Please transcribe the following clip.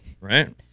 Right